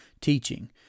teaching